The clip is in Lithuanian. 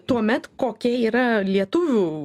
tuomet kokia yra lietuvių